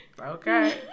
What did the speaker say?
Okay